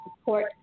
support